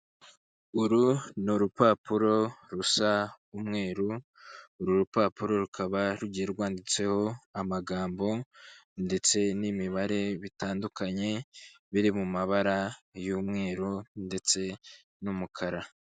Uru ni urupapuro rusa umweru, uru rupapuro rukaba rugiye rwanditseho amagambo ndetse n'imibare bitandukanye, biri mu mabara y'umweru ndetse n'umukara.